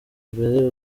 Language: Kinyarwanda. imbere